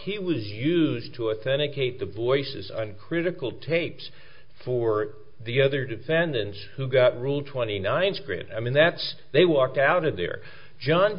he was used to authentic kate the voices are in critical tapes for the other defendants who got rule twenty nine sprint i mean that's they walked out of there john